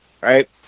right